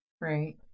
Right